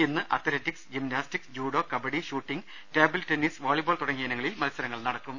ഇന്ന് athletics gymnastics judo kabaddi shooting table tennis volleyball തുടങ്ങിയ ഇനങ്ങളിൽ മത്സരങ്ങൾ നടക്കും